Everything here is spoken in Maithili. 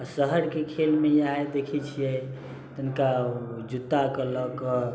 आ शहरके खेलमे इएह देखैत छियै तनिका जूताके लै कऽ